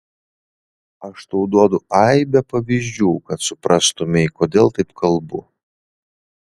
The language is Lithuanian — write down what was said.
aš tau duodu aibę pavyzdžių kad suprastumei kodėl taip kalbu